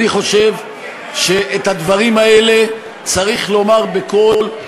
אני חושב שאת הדברים האלה צריך לומר בקול,